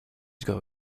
ago